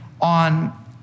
on